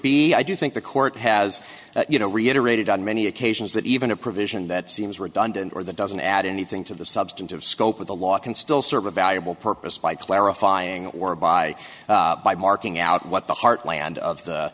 b i do think the court has you know reiterated on many occasions that even a provision that seems redundant or that doesn't add anything to the substantive scope of the law can still serve a valuable purpose by clarifying or by marking out what the heartland of